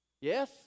Yes